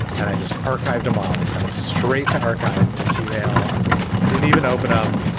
and i just archived them all. i sent them straight to archive and gmail didn't even open um